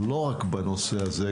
לא רק בנושא הזה,